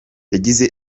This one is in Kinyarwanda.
yagize